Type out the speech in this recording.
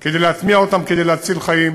כדי להטמיע אותם, כדי להציל חיים,